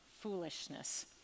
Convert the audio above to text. foolishness